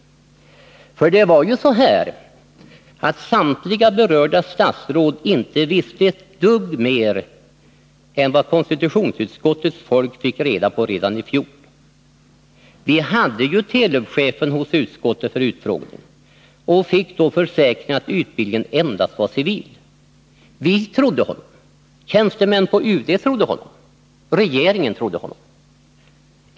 För det var ju så här, att samtliga berörda statsråd inte visste ett dugg mer än vad konstitutionsutskottets folk fick reda på redan i fjol. Vi hade ju Telub-chefen hos utskottet för utfrågning och fick då försäkran om att utbildningen endast var civil. Vi trodde honom, tjänstemän på UD trodde honom. Regeringen trodde honom.